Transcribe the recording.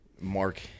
Mark